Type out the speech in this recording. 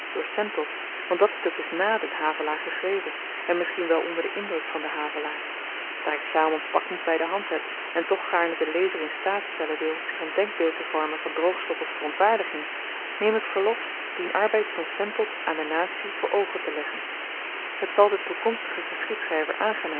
door sentot want dat stuk is nà den havelaar geschreven en misschien wel onder den indruk van den havelaar daar ik sjaalmans pak niet by de hand heb en toch gaarne den lezer in staat stellen wil zich n denkbeeld te vormen van droogstoppels verontwaardiging neem ik verlof dien arbeid van sentot aan de natie voor oogen te leggen het zal den toekomstigen geschiedschryver aangenaam